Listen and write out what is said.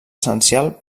essencial